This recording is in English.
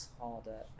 harder